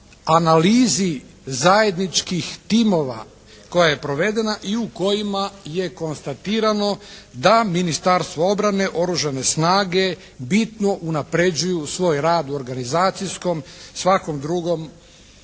analizi zajedničkih timova koja je provedena i u kojima je konstatirano da Ministarstvo obrane, Oružane snage bitno unapređuju svoj rad u organizacijskom, svakom drugom pogledu.